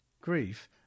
Grief